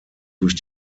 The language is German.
durch